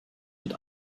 mit